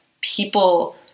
people